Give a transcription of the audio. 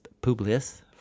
publius